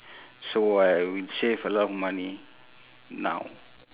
so I would save a lot of money now